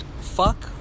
fuck